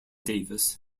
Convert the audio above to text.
davis